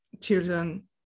children